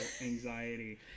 anxiety